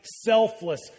selfless